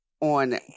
on